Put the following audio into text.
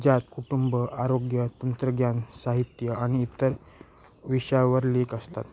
ज्यात कुटुंब आरोग्य तंत्रज्ञान साहित्य आणि इतर विषयावर लेख असतात